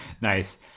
Nice